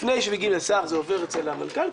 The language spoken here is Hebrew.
לפני שמגיעים לשר זה עובר אצל המנכ"ל,